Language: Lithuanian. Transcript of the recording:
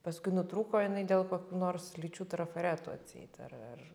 paskui nutrūko jinai dėl kokių nors lyčių trafaretų atseit ar ar